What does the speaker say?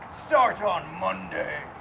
start on monday.